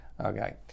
okay